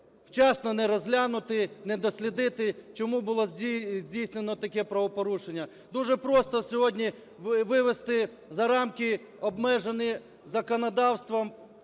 вчасно не розглянути, не дослідити, чому було здійснено таке правопорушення. Дуже просто сьогодні вивести за рамки, обмежені законодавством